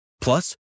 Plus